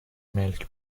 ملک